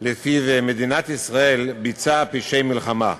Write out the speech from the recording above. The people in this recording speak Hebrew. שלפיו מדינת ישראל ביצעה פשעי מלחמה.